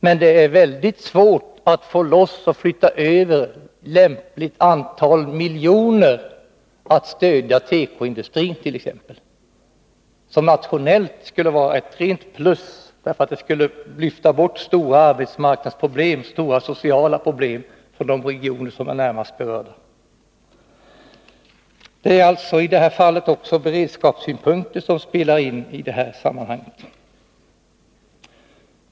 Men det är väldigt svårt att få loss och flytta över lämpligt antal miljoner för att stödja t.ex. tekoindustrin — något som nationellt skulle vara ett rent plus, därför att det skulle lyfta bort stora arbetsmarknadsproblem och stora sociala problem för de regioner som är närmast berörda. Också beredskapssynpunkter spelar alltså in i det här sammanhanget.